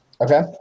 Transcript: Okay